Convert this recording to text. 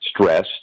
stressed